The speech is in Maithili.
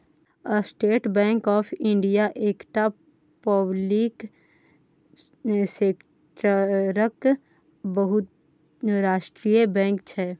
स्टेट बैंक आँफ इंडिया एकटा पब्लिक सेक्टरक बहुराष्ट्रीय बैंक छै